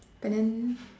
but then